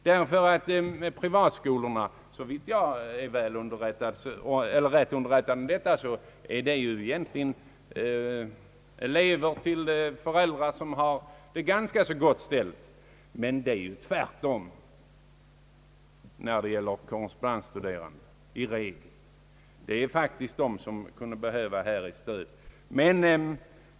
Eleverna vid privatskolorna har ju, såvitt jag är riktigt underrättad, i de flesta fall föräldrar som har det ganska gott ställt, medan det i regel är tvärtom i fråga om korrespondensstuderandena. Bland dem finns faktiskt de som mer än de flesta kunde behöva ett stöd.